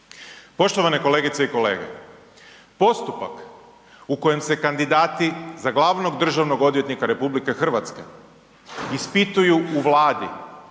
Poštovane kolegice i kolege postupak u kojem se kandidati za glavnog državnog odvjetnika RH ispituju u Vladi